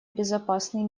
безопасный